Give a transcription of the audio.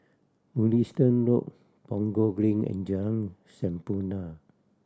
Mugliston Road Punggol Green and Jalan Sampurna